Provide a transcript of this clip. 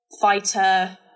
fighter